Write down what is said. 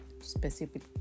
specific